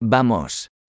Vamos